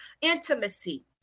intimacy